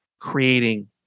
creating